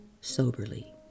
soberly